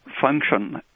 function